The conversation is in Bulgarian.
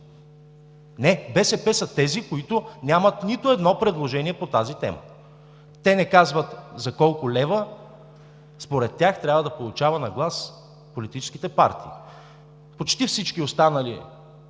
Не, БСП са тези, които нямат нито едно предложение по тази тема. Те не казват според тях колко лева на глас трябва да получават политическите партии. Почти всички останали